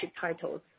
titles